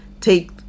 take